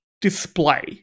display